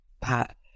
pat